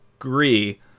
agree